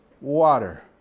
water